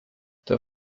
der